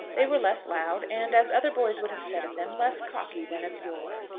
they were less loud, and, as other boys would have said of them, less cocky than of yore.